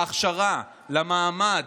להכשרה, למעמד,